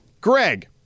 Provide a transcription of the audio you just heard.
Greg